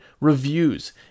reviews